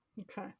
Okay